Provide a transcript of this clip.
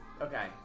okay